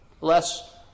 less